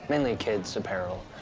mainly kids apparel.